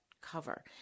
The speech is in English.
cover